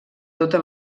tota